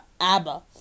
Abba